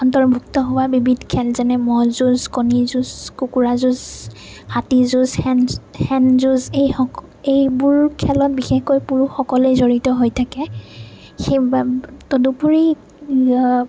অন্তৰ্ভুক্ত হোৱা বিবিধ খেন যেনে ম'হ যুঁজ কণী যুঁজ কুকুৰা যুঁজ হাতী যুঁজ শেন যুঁজ এইবোৰ খেলত বিশেষকৈ পুৰুষসকল জড়িত হৈ থাকে তদুপৰি